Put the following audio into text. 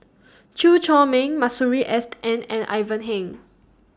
Chew Chor Meng Masuri S N and Ivan Heng